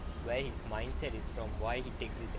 where his mindset is from why he takes his